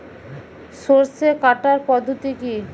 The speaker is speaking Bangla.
সরষে কাটার পদ্ধতি কি?